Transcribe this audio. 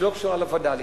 שלא קשורה לווד"לים: